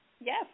Yes